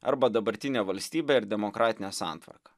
arba dabartinę valstybę ir demokratinę santvarką